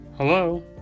Hello